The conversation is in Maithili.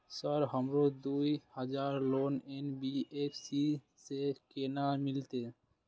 सर हमरो दूय हजार लोन एन.बी.एफ.सी से केना मिलते?